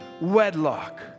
wedlock